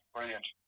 Brilliant